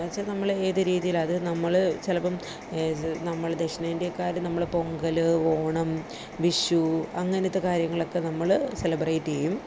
ചില നമ്മൾ ഏത് രീതിയിൽ അത് നമ്മൾ ചിലപ്പം നമ്മൾ ദക്ഷിണേന്ത്യക്കാർ നമ്മൾ പൊങ്കൽ ഓണം വിഷു അങ്ങനത്തെ കാര്യങ്ങളൊക്കെ നമ്മൾ സെലബ്രേറ്റ് ചെയ്യും